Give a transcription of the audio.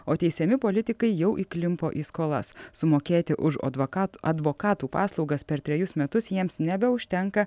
o teisiami politikai jau įklimpo į skolas sumokėti už odvoka advokatų paslaugas per trejus metus jiems nebeužtenka